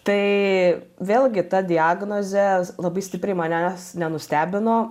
tai vėlgi ta diagnozė labai stipriai manęs nenustebino